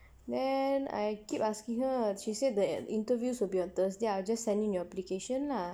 then I keep asking her she said the interviews will be on thursday I will just send in your application lah